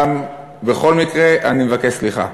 בכל מקרה, אני מבקש סליחה.